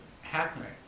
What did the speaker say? happening